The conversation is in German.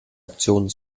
aktion